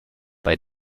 bei